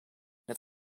net